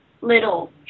little